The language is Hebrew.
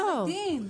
היום זה רק לחרדים.